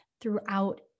throughout